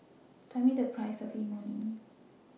Tell Me The Price of Imoni